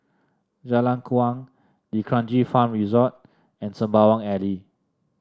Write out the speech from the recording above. Jalan Kuang D'Kranji Farm Resort and Sembawang Alley